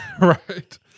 Right